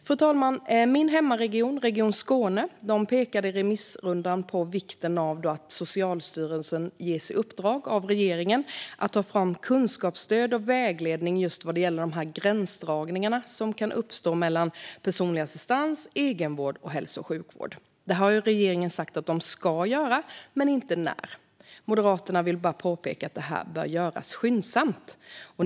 Fru talman! Min hemmaregion, Region Skåne, pekade i remissrundan på vikten av att Socialstyrelsen av regeringen ges i uppdrag att ta fram kunskapsstöd och vägledning just vad gäller de gränsdragningar som kan uppstå mellan personlig assistans, egenvård och hälso och sjukvård. Regeringen har sagt att man ska göra det, dock inte när. Moderaterna vill påpeka att detta bör göras skyndsamt. Fru talman!